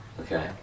okay